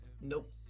Nope